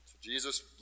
Jesus